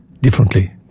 differently